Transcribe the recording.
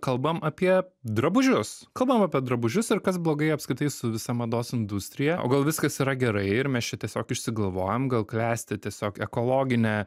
kalbam apie drabužius kalbam apie drabužius ir kas blogai apskritai su visa mados industrija o gal viskas yra gerai ir mes čia tiesiog išsigalvojam gal klesti tiesiog ekologinė